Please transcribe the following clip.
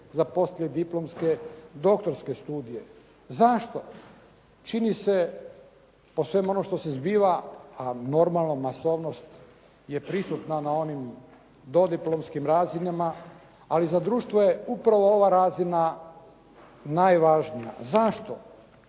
za poslijediplomske doktorske studije. Zašto? Čini se po svemu onome što se zbiva a normalno masovnost je prisutna na na onim dodiplomskim razinama a i za društvo je upravo ova razina najvažnija. Zašto?